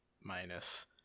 minus